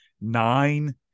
Nine